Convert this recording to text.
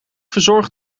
verzorgd